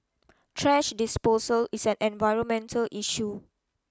trash disposal is an environmental issue